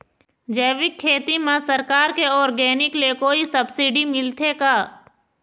जैविक खेती म सरकार के ऑर्गेनिक ले कोई सब्सिडी मिलथे का?